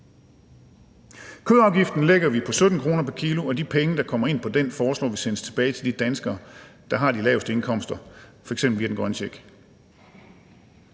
Kødafgiften lægger vi på 17 kr. pr. kilo, og de penge, der kommer ind på det, foreslår vi sendes tilbage til de danskere, som har de laveste indkomster, f.eks. via den grønne